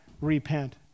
repent